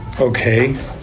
okay